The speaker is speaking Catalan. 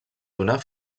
donar